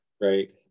Great